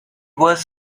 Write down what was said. was